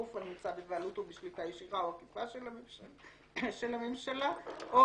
גוף הנמצא בבעלות או בשליטה ישירה או עקיפה של הממשלה,